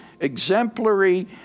exemplary